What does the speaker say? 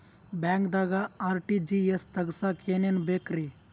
ಬ್ಯಾಂಕ್ದಾಗ ಆರ್.ಟಿ.ಜಿ.ಎಸ್ ತಗ್ಸಾಕ್ ಏನೇನ್ ಬೇಕ್ರಿ?